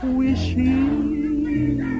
wishing